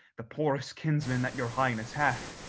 the poorest kinsman that your highness hath,